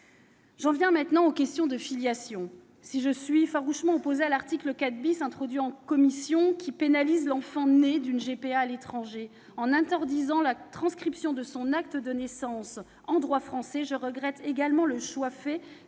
J'en viens maintenant aux questions de filiation. Si je suis farouchement opposée à l'article 4, introduit en commission, qui pénalise l'enfant né d'une GPA à l'étranger, en interdisant la transcription de son acte de naissance en droit français, je regrette également le choix fait